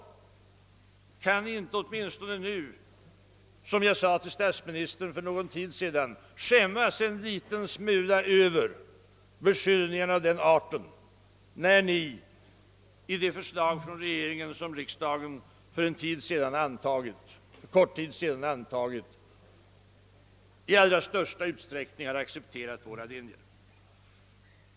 Kan ni inte åtminstone nu, som jag sade till statsministern för någon tid sedan, skämmas en liten smula över beskyllningar av den arten, när ni i det förslag från regeringen som riksdagen nyligen antagit i allra största utsträckning har accepterat våra linjer?